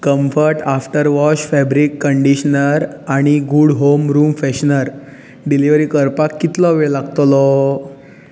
comfort after wash fabric conditioner आनी good home room freshener delivery करपाक कितलो वेळ लागतलो